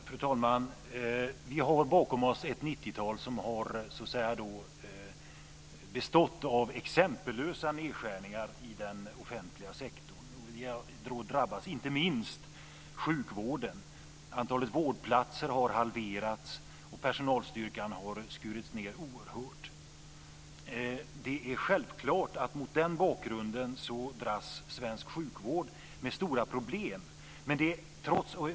Fru talman! Vi har bakom oss ett 90-tal som har bestått av exempellösa nedskärningar i den offentliga sektorn. Detta har inte minst drabbat sjukvården. Antalet vårdplatser har halverats, och personalstyrkan har skurits ned oerhört. Det är självklart att svensk sjukvård mot den bakgrunden dras med stora problem.